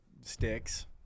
sticks